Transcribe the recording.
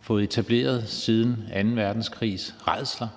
fået etableret siden anden verdenskrigs rædsler.